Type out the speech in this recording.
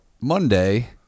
Monday